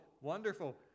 Wonderful